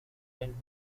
student